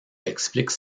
expliquent